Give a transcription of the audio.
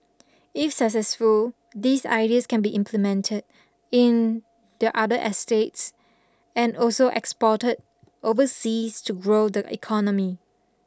if successful these ideas can be implemented in the other estates and also exported overseas to grow the economy